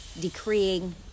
decreeing